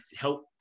help